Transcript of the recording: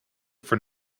for